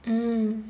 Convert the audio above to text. mm